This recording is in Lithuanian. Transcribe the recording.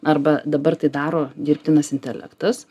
arba dabar tai daro dirbtinas intelektas